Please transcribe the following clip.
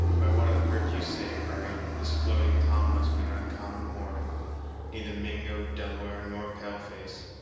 by what i've heard you say, hurry, this floating tom must be an oncommon mortal neither mingo, delaware, nor pale-face.